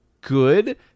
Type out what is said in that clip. good